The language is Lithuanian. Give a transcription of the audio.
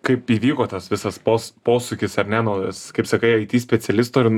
kaip įvyko tas visas pos posūkis ar ne nuo kaip sakai it specialisto ir